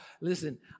Listen